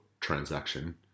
transaction